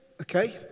okay